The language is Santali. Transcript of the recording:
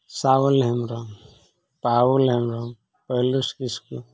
ᱥᱟᱣᱩᱞ ᱦᱮᱢᱵᱨᱚᱢ ᱯᱟᱣᱩᱞ ᱦᱮᱢᱵᱨᱚᱢ ᱯᱮᱞᱮᱥ ᱠᱤᱥᱠᱩ